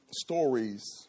stories